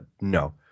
No